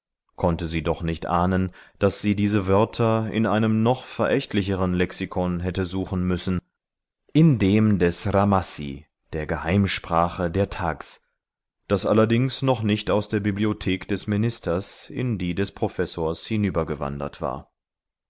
konnte sie doch nicht ahnen daß sie diese wörter in einem noch verächtlicheren lexikon hätte suchen müssen in dem des ramassi der geheimsprache der thags das allerdings noch nicht aus der bibliothek des ministers in die des professors hinübergewandert war